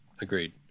Agreed